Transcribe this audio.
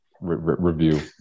review